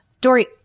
Dory